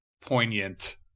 poignant